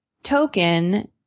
Token